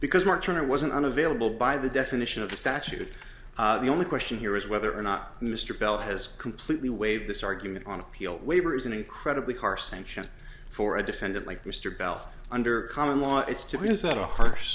because mark turner wasn't unavailable by the definition of the statute the only question here is whether or not mr bell has completely waived this argument on appeal waiver is an incredibly harsh sanctions for a defendant like mr bell under common law it's to mean is that a harsh